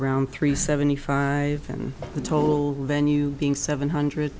around three seventy five then the total venue being seven hundred